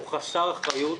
הוא חסר אחריות,